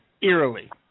Eerily